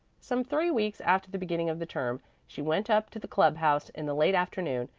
some three weeks after the beginning of the term she went up to the club house in the late afternoon,